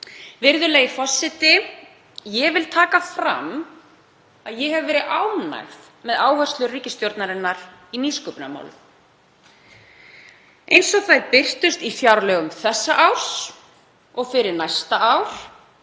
Virðulegi forseti. Ég vil taka fram að ég hef verið ánægð með áherslur ríkisstjórnarinnar í nýsköpunarmálum, eins og þær birtust í fjárlögum þessa árs og fyrir næsta ár.